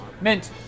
mint